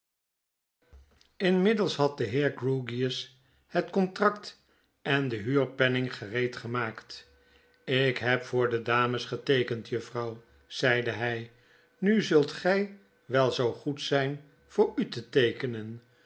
inmiddels had de heer grewgious het contract en den huurpenning gereedgemaakt lk heb voor de dames geteekend juffrouw zeide hy nu zult gij wel zoo k goed zyn voor u te teekenen